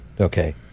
Okay